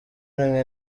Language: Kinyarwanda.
n’imwe